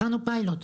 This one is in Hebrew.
הכנו פיילוט,